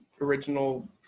original